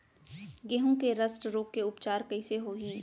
गेहूँ के रस्ट रोग के उपचार कइसे होही?